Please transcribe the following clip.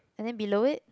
and then below it